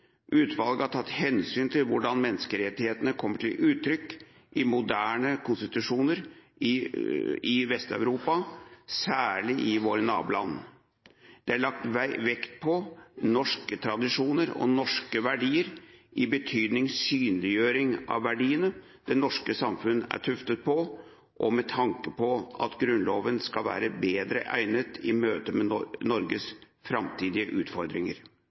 Utvalget har tatt hensyn til hvordan menneskerettighetene kommer til uttrykk i moderne konstitusjoner i Vest-Europa, særlig i våre naboland. Det er lagt vekt på norske tradisjoner og norske verdier i betydningen synliggjøring av verdiene det norske samfunn er tuftet på, og med tanke på at Grunnloven skal være bedre egnet i møte med Norges framtidige utfordringer.